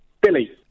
Billy